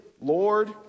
Lord